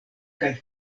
kaj